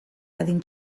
adin